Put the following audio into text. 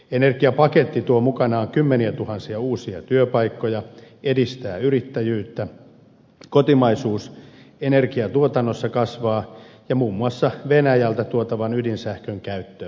energiapaketti tuo mukanaan kymmeniätuhansia uusia työpaikkoja edistää yrittäjyyttä kotimaisuus energiatuotannossa kasvaa ja muun muassa venäjältä tuotavan ydinsähkön käyttö vähenee